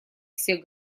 всех